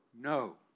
no